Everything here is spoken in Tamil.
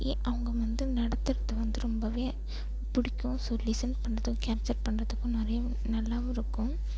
அவங்க வந்து நடத்துறது வந்து ரொம்பவே பிடிக்கும் ஸோ லிஸன் பண்ணதும் கேப்சர் பண்ணுறத்துக்கும் நிறையவும் நல்லாவும் இருக்கும்